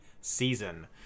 season